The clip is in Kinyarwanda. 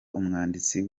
umwanditsi